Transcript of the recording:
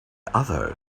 other